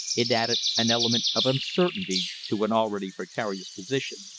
it added an element of uncertainty to an already precarious position.